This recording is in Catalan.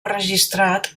registrat